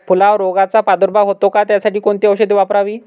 फुलावर रोगचा प्रादुर्भाव होतो का? त्यासाठी कोणती औषधे वापरावी?